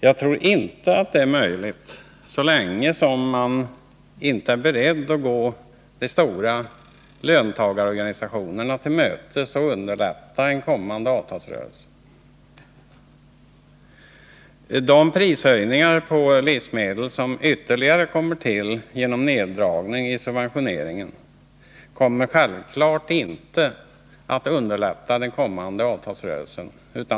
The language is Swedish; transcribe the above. Jag tror inte att detta är möjligt så länge man inte är beredd att gå de stora löntagarorganisationerna till mötes och underlätta en kommande avtalsrörelse. De prishöjningar på livsmedel som ytterligare tillkommer som en följd av neddragningen i subventioneringen kommer självfallet inte att underlätta den kommande avtalsrörelsen.